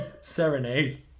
serenade